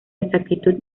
exactitud